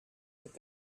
could